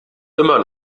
immer